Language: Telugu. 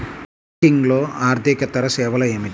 బ్యాంకింగ్లో అర్దికేతర సేవలు ఏమిటీ?